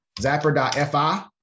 zapper.fi